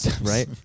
Right